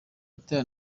butera